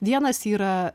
vienas yra